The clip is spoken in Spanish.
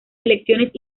elecciones